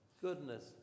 goodness